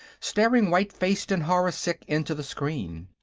staring white-faced and horror-sick into the screen.